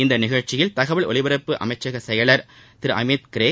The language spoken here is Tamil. இந்த நிகழ்ச்சியில் தகவல் ஒலிபரப்பு அமைச்சகச் செயலர் திரு அமீத்கரே